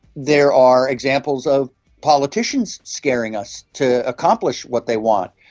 there are examples of politicians scaring us to accomplish what they want.